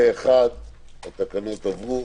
פה אחד התקנות עברו.